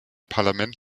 parlament